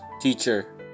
Teacher